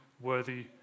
worthy